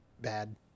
bad